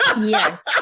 Yes